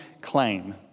claim